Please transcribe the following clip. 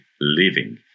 living